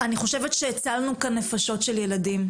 אני חושבת שהצלנו כאן נפשות של ילדים,